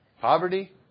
Poverty